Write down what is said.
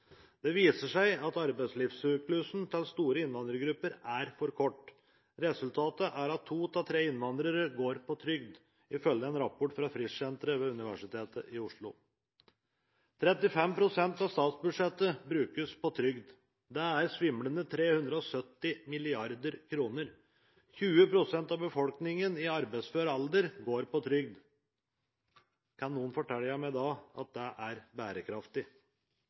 Det viser seg at arbeidslivssyklusen til store innvandrergrupper er for kort. Resultatet er at to av tre innvandrere går på trygd, ifølge en rapport fra Frischsenteret ved Universitetet i Oslo. 35 pst. av statsbudsjettet brukes på trygd. Det er svimlende 370 mrd. kr. 20 pst. av befolkningen i arbeidsfør alder går på trygd. Kan noen da fortelle meg at det er bærekraftig?